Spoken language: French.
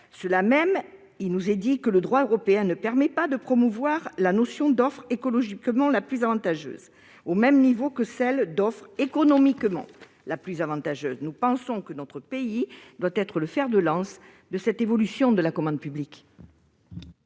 d'agir. On nous oppose que le droit européen ne permet pas de promouvoir l'offre écologiquement la plus avantageuse au même niveau que l'offre économiquement la plus avantageuse. Pour notre part, nous pensons que notre pays doit être le fer de lance de cette évolution de la commande publique.